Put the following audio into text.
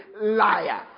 liar